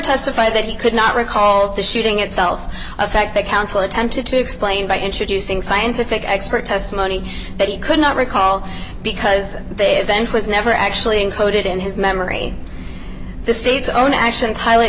testified that he could not recall the shooting itself affect the counsel attempted to explain by introducing scientific expert testimony that he could not recall because they event was never actually encoded in his memory the state's own actions highl